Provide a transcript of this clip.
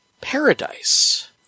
Paradise